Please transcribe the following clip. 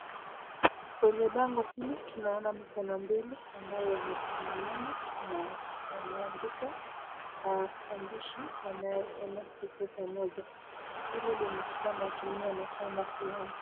Kwenye pango hili tunaona mikono mbili ambayo yanasalamiana na wameandika maandishi yanayosomeka kwa pamoja hili linatumika na chama fulani.